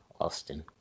Austin